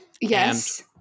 yes